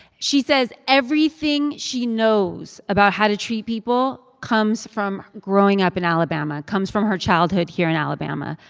she says everything she knows about how to treat people comes from growing up in alabama, comes from her childhood here in alabama.